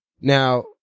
Now